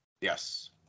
Yes